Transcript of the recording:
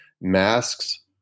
Masks